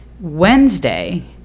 Wednesday